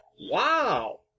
Wow